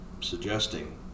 suggesting